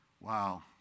Wow